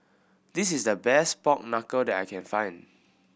this is the best pork knuckle that I can find